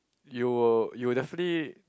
you were you were definitely